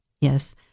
Yes